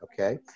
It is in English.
okay